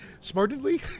smartly